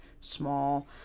small